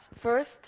First